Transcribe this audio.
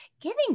giving